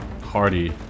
Hardy